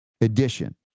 edition